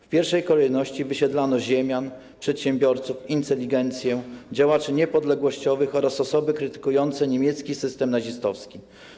W pierwszej kolejności wysiedlano ziemian, przedsiębiorców, inteligencję, działaczy niepodległościowych oraz osoby krytykujące niemiecki system nazistowski.